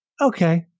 okay